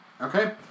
Okay